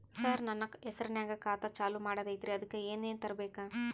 ಸರ, ನನ್ನ ಹೆಸರ್ನಾಗ ಖಾತಾ ಚಾಲು ಮಾಡದೈತ್ರೀ ಅದಕ ಏನನ ತರಬೇಕ?